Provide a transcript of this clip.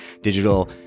digital